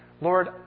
Lord